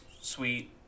sweet